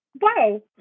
Wow